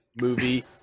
movie